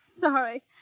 sorry